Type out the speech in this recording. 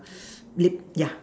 lip yeah